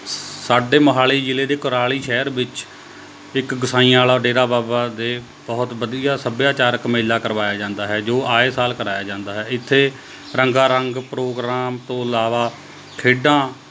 ਸਾਡੇ ਮੋਹਾਲੀ ਜ਼ਿਲ੍ਹੇ ਦੇ ਕਰਾਲੀ ਸ਼ਹਿਰ ਵਿੱਚ ਇੱਕ ਗਸਾਈਆਂ ਵਾਲਾ ਡੇਰਾ ਬਾਬਾ ਦੇ ਬਹੁਤ ਵਧੀਆ ਸੱਭਿਆਚਾਰਕ ਮੇਲਾ ਕਰਵਾਇਆ ਜਾਂਦਾ ਹੈ ਜੋ ਆਏ ਸਾਲ ਕਰਾਇਆ ਜਾਂਦਾ ਹੈ ਇੱਥੇ ਰੰਗਾ ਰੰਗ ਪ੍ਰੋਗਰਾਮ ਤੋਂ ਇਲਾਵਾ ਖੇਡਾਂ